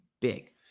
big